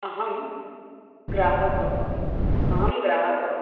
अहं ग्राहकः अहं ग्राहकः